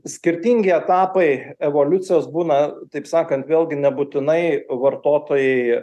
skirtingi etapai evoliucijos būna taip sakant vėlgi nebūtinai vartotojai